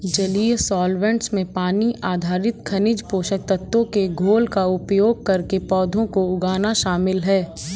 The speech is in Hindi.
जलीय सॉल्वैंट्स में पानी आधारित खनिज पोषक तत्वों के घोल का उपयोग करके पौधों को उगाना शामिल है